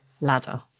ladder